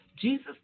Jesus